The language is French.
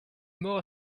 mort